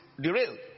derailed